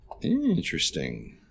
Interesting